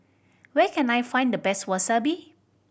where can I find the best Wasabi